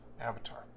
avatar